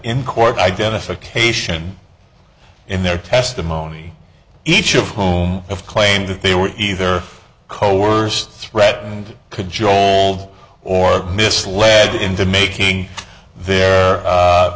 in court identification in their testimony each of whom have claimed that they were either coworkers threatened to join or misled into making their